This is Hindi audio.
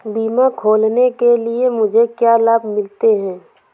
बीमा खोलने के लिए मुझे क्या लाभ मिलते हैं?